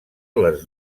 les